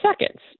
seconds